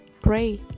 Pray